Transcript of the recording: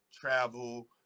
travel